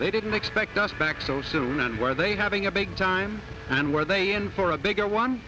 they didn't expect us back so soon were they having a big time and were they in for a bigger one